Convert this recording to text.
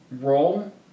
role